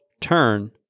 turn